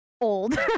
old